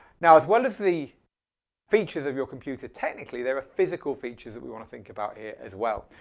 now as well as the features of your computer technically there are physical features that we want to think about it as well.